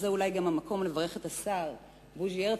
ואולי זה גם המקום לברך את השר בוז'י הרצוג,